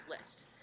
list